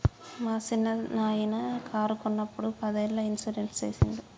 మా సిన్ననాయిన కారు కొన్నప్పుడు పదేళ్ళ ఇన్సూరెన్స్ సేసిండు